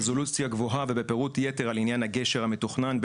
ברזולוציה גבוהה ובפירוט יתר על עניין הגשר המתוכנן,